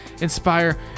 inspire